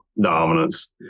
dominance